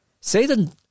Satan